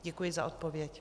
Děkuji za odpověď.